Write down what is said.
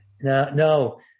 no